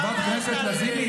חברת הכנסת נעמה לזימי.